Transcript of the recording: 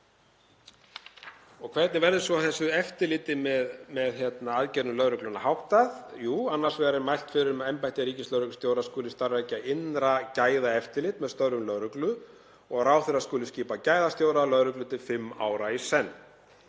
Hvernig verður svo þessu eftirliti með aðgerðum lögreglunnar háttað? Jú, annars vegar er mælt fyrir um að embætti ríkislögreglustjóra skuli starfrækja innra gæðaeftirlit með störfum lögreglu og að ráðherra skuli skipa gæðastjóra lögreglu til fimm ára í senn.